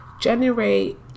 generate